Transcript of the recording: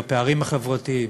בפערים החברתיים,